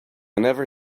never